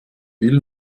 will